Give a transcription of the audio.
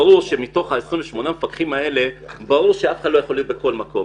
ברור שמתוך ה-28 מפקחים האלה הם לא יכולים להיות בכל מקום.